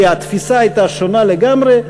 כי התפיסה הייתה שונה לגמרי,